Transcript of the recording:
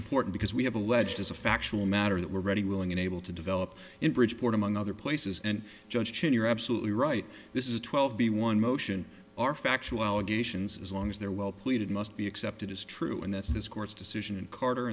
important because we have alleged as a factual matter that we're ready willing and able to develop in bridgeport among other places and judge chin you're absolutely right this is a twelve b one motion are factual allegations as long as they're well pleaded must be accepted as true and that's this court's decision